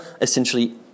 essentially